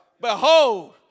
Behold